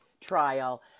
trial